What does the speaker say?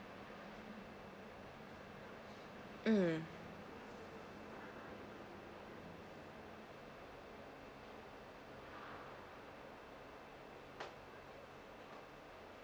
mm